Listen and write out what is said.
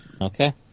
Okay